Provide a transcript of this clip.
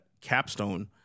capstone